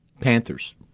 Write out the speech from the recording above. Panthers